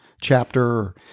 chapter